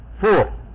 four